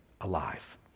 alive